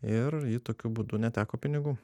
ir ji tokiu būdu neteko pinigų